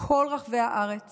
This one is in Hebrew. בכל רחבי הארץ